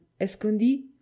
Escondi